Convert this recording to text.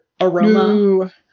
aroma